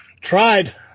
Tried